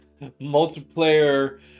multiplayer